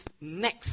next